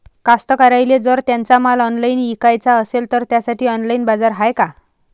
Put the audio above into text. कास्तकाराइले जर त्यांचा माल ऑनलाइन इकाचा असन तर त्यासाठी ऑनलाइन बाजार हाय का?